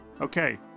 Okay